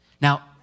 Now